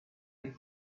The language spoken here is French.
est